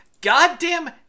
Goddamn